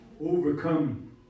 overcome